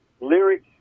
lyrics